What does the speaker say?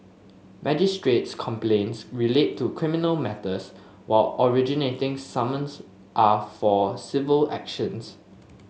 magistrate's complaints relate to criminal matters while originating summons are for civil actions